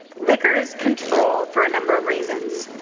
liquor is controlled for a number of reasons.